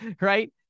Right